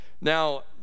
Now